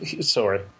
Sorry